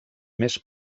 més